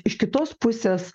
iš kitos pusės